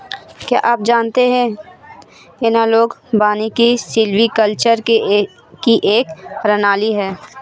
क्या आप जानते है एनालॉग वानिकी सिल्वीकल्चर की एक प्रणाली है